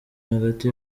hagati